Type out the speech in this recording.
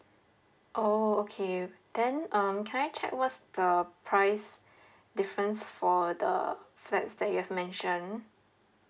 oh okay then um can I check what's the price difference for the flats that you have mentioned